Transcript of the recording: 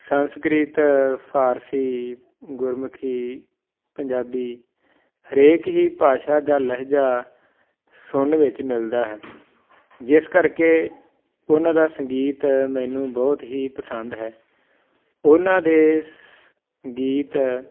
ਸੰਸਕ੍ਰਿਤ ਫਾਰਸੀ ਗੁਰਮੁਖੀ ਪੰਜਾਬੀ ਹਰੇਕ ਹੀ ਭਾਸ਼ਾ ਦਾ ਲਹਿਜਾ ਸੁਣਨ ਵਿੱਚ ਮਿਲਦਾ ਹੈ ਜਿਸ ਕਰਕੇ ਉਹਨਾਂ ਦਾ ਸੰਗੀਤ ਮੈਨੂੰ ਬਹੁਤ ਹੀ ਪਸੰਦ ਹੈ ਉਹਨਾਂ ਦੇ ਸ ਗੀਤ